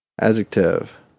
Adjective